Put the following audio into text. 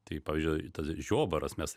tai pavyzdžiui tas žiobaras mes